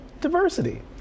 diversity